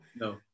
No